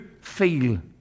feel